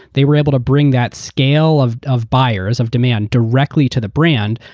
they were able to bring that scale of of buyers, of demand directly to the brand,